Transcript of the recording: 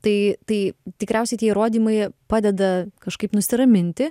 tai tai tikriausiai tie įrodymai padeda kažkaip nusiraminti